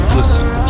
listen